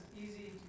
easy